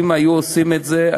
אם היו עושים את זה,